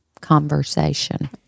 conversation